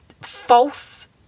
false